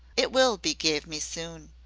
it will be gave me soon